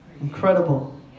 incredible